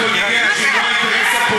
לצאת החוצה.